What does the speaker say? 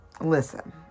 Listen